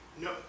no